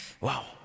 Wow